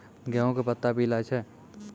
गेहूँ के पत्ता पीला छै?